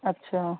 अच्छा